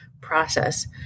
process